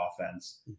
offense